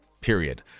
period